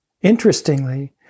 Interestingly